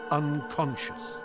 unconscious